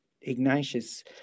Ignatius